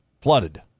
flooded